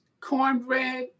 cornbread